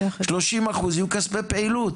30% יהיו כספי פעילות.